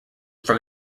from